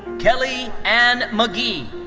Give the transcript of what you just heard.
kelly ann mcgee.